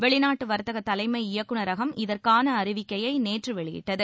வெளிநாட்டு வர்த்தக தலைமை இயக்குநரகம் இதற்கான அறிவிக்கையை நேற்று வெளியிட்டது